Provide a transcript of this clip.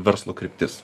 verslo kryptis